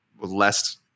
less